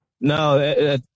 No